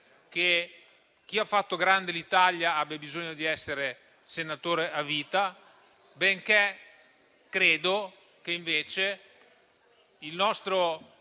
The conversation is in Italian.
che chi ha fatto grande l'Italia abbia bisogno di essere senatore a vita, ma credo che le nostre